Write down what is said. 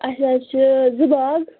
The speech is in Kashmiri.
اَسہِ حظ چھِ زٕ باغ